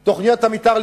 לגמור את תוכניות המיתאר,